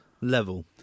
level